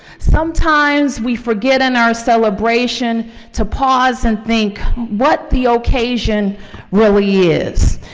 sometimes we forget in our celebration to pause and think what the occasion really is.